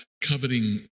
coveting